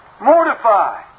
Mortify